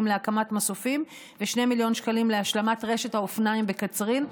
להקמת מסופים ו-2 מיליון שקלים להשלמת רשת האופניים בקצרין.